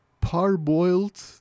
parboiled